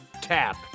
tap